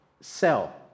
sell